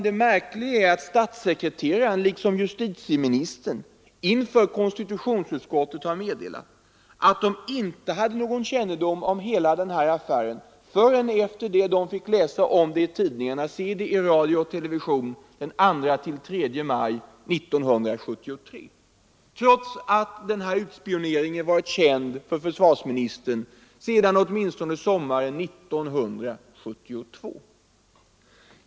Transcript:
Det märkliga är att statssekreteraren liksom justitieministern inför konstitutionsutskottet har meddelat att de inte hade någon kännedom om hela den här affären förrän de fick läsa om den i tidningarna och höra om den i radio och TV den 2-3 maj 1973, trots att den här utspioneringen varit känd av försvarsministern sedan åtminstone sommaren 1972.